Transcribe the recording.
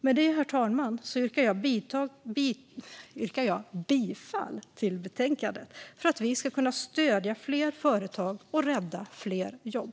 Med detta, herr talman, yrkar jag bifall till utskottets förslag i betänkandet för att vi ska kunna stödja fler företag och rädda fler jobb.